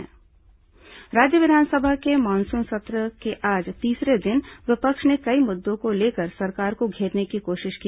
विधानसभा स्थगन प्रस्ताव राज्य विधानसभा के मानसून सत्र के आज तीसरे दिन विपक्ष ने कई मुद्दों को लेकर सरकार को घेरने की कोशिश की